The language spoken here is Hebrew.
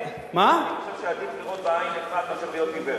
אני חושב שעדיף לראות בעין אחת מאשר להיות עיוור.